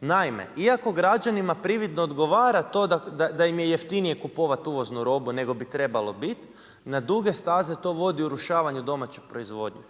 Naime iako građanima prividno odgovara to da im je jeftinije kupovati uvoznu robu nego bi trebalo biti, na duge staze to vodi urušavanju domaće proizvodnje.